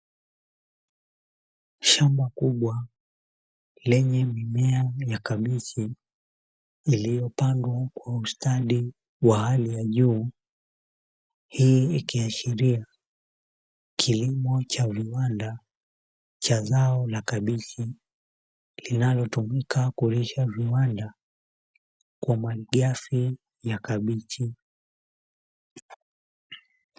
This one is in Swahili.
Shamba kubwa lenye mimea ya kabichi, iliyopandwa kwa ustadi wa hali ya juu ikiashiria viwanda cha zao la kabichi linalotumika kulisha viwanja kwa kiasi ya kabichi.